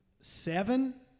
Seven